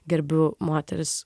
gerbiu moteris